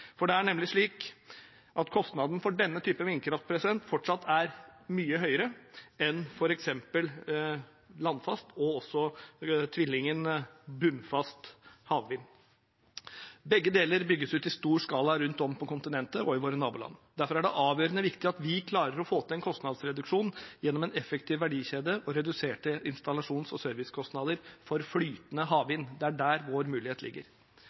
Det er nemlig slik at kostnaden for denne typen vindkraft fortsatt er mye høyere enn for f.eks. landfast havvind og også tvillingen bunnfast havvind. Begge deler bygges ut i stor skala rundt om på kontinentet og i våre naboland. Derfor er det avgjørende viktig at vi klarer å få til en kostnadsreduksjon gjennom en effektiv verdikjede og reduserte installasjons- og servicekostnader for flytende havvind. Det er der vår mulighet ligger.